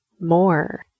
more